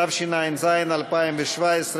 התשע"ז 2017,